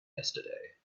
yesterday